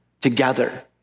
together